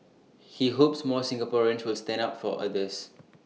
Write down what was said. he hopes more Singaporeans will stand up for others